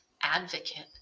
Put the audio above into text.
advocate